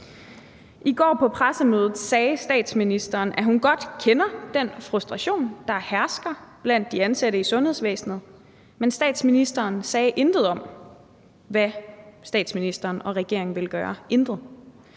I går på pressemødet sagde statsministeren, at hun godt kender den frustration, der hersker blandt de ansatte i sundhedsvæsenet, men statsministeren sagde intet om, hvad statsministeren og regeringen vil gøre – intet!